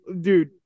Dude